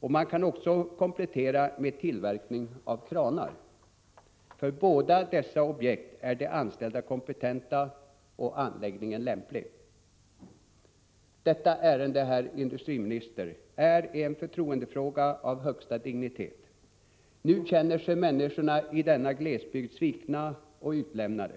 och man kan också komplettera med tillverkning av kranar. För båda dessa objekt är de anställda kompetenta och anläggningen lämplig. Detta ärende, herr industriminister, är en förtroendefråga av högsta dignitet. Nu känner sig människorna i denna glesbygd svikna och utlämnade.